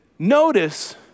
Notice